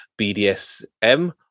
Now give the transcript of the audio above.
BDSM